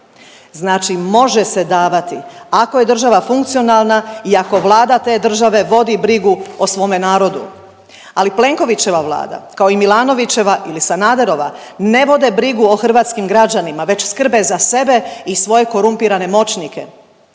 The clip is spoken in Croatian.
Znači može se davati ako je država funkcionalna i ako vlada te države vodi brigu o svome narodu. Ali Plenkovićeva Vlada kao i Milanovićeva ili Sanaderova ne vode brigu o hrvatskim građanima već skrbe za sebe i svoje korumpirane moćnike